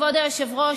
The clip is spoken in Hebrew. כבוד היושב-ראש,